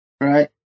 right